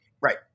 right